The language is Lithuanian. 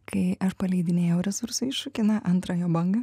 kai aš praleidinėjau resursų iššūkį na antrą jo bangą